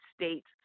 States